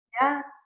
yes